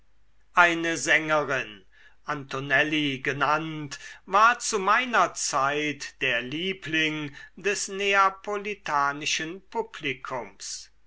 eine sängerin antonelli genannt war zu meiner zeit der liebling des neapolitanischen publikums